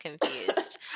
confused